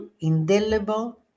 indelible